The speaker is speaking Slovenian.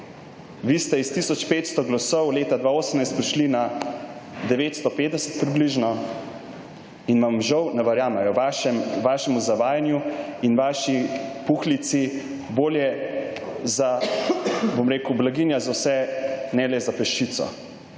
Vi ste iz tisoč 500 glasov leta 2018 prišli na 950 približno in vam žal ne verjamejo, vašemu zavajanju in vaši puhlici bolje za, bom rekel, blaginja za vse, ne le za peščico.